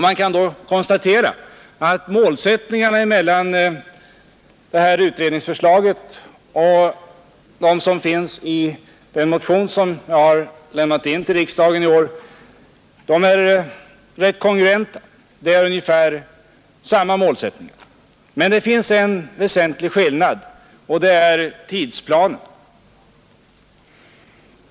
Man kan konstatera att målsättningarna i utredningsförslaget och den folkpartimotion som har avgivits i riksdagen i år är ungefär desamma. Men det finns en väsentlig skillnad, och det gäller tidplanen.